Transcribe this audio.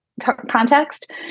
context